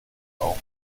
auch